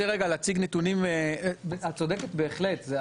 את צודקת בהחלט.